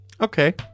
Okay